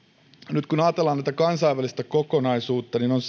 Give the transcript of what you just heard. nyt kun ajatellaan tätä kansainvälistä kokonaisuutta niin on